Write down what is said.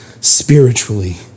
spiritually